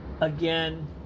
Again